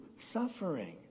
suffering